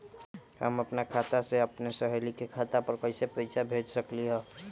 हम अपना खाता से अपन सहेली के खाता पर कइसे पैसा भेज सकली ह?